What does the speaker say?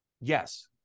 Yes